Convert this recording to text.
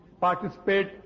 participate